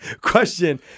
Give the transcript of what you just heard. question